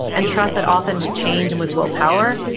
and trust that often with change and with willpower,